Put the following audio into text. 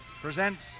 presents